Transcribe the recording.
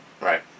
right